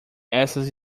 essas